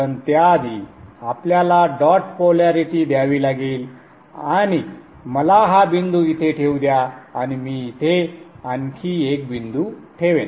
पण त्याआधी आपल्याला डॉट पोलरिटी द्यावी लागेल आणि मला हा बिंदू इथे ठेवू द्या आणि मी इथे आणखी एक बिंदू ठेवेन